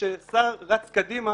כששר רץ קדימה,